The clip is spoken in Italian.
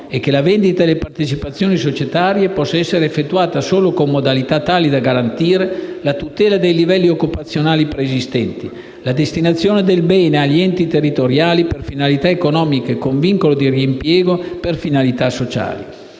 e che la vendita delle partecipazioni societarie possa essere effettuata solo con modalità tali da garantire la tutela dei livelli occupazionali preesistenti e la destinazione del bene agli enti territoriali per finalità economiche, con vincolo di reimpiego dei proventi per finalità sociali.